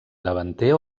davanter